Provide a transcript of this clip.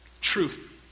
truth